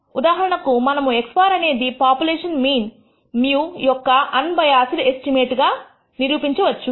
ఉదాహరణకు మనము x̅ అనేది పాపులేషన్ మీన్ μ యొక్క అన్బయాసిడ్ ఎస్టిమేట్ అని నిరూపించవచ్చు